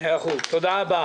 תודה.